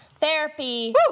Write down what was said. therapy